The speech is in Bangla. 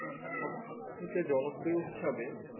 সবথেকে জনপ্রিয় হিসাবে